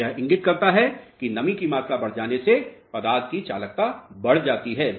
तो यह इंगित करता है कि नमी की मात्रा बढ़ जाने से पदार्थ की चालकता बढ़ जाती है